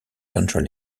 central